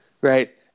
Right